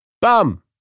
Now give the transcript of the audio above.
Bam